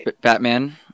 Batman